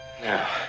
Now